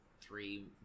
three